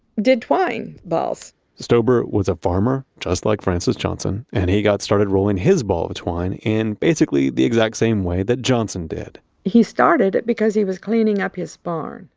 did twine balls stoeber was a farmer, just like francis johnson, and he got started rolling his ball of twine in basically the exact same way that johnson did he started it because he was cleaning up his barn,